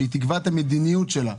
שתקבע את המדיניות שלה,